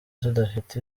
tudafite